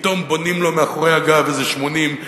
פתאום בונים לו מאחורי הגב איזה 80,